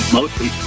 mostly